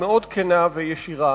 מאוד כנה וישירה,